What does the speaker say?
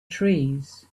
trees